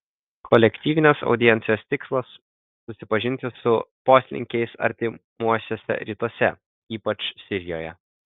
kolektyvinės audiencijos tikslas susipažinti su poslinkiais artimuosiuose rytuose ypač sirijoje